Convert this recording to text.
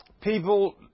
people